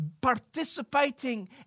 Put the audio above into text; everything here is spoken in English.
participating